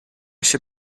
się